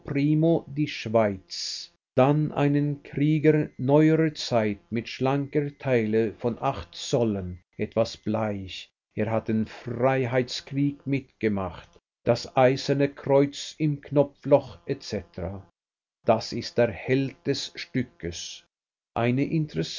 die schweiz dann einen krieger neuerer zeit mit schlanker taille von acht zollen etwas bleich er hat den freiheitskrieg mitgemacht das eiserne kreuz im knopfloch c das ist der held des stückes eine